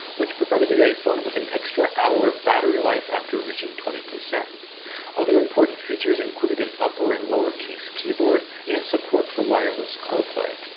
which provided the iphone with an extra hour of battery life after reaching twenty. other important features included an upper and lowercase keyboard and support for wireless carplay.